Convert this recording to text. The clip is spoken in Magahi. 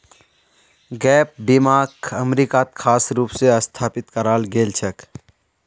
गैप बीमाक अमरीकात खास रूप स स्थापित कराल गेल छेक